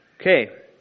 Okay